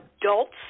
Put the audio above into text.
adults